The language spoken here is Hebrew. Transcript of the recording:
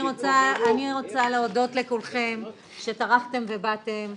אני רוצה להודות לכולכם שטרחתם ובאתם,